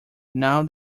now